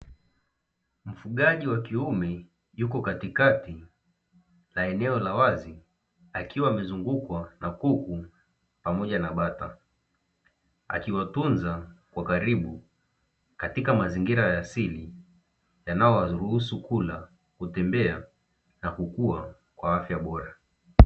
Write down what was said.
Mfugaji wa kiume yupo katikati la eneo la wazi akiwa amezungukwa na kuku pamoja na bata akiwatunza kwa karibu katika mazingira ya asili yanayowaruhusu kula, kutembea na kukua kwa afya bora.